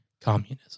Communism